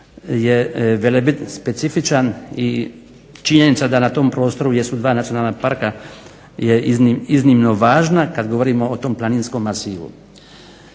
je Velebit specifičan i činjenica da na tom prostoru jesu dva nacionalna parka je iznimno važna kad govorimo o tom planinskom masivu.